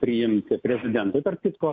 priimti prezidentui tarp kitko